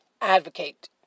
advocate